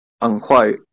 unquote